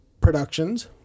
productions